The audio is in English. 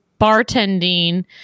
bartending